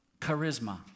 charisma